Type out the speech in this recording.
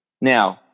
Now